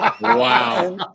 Wow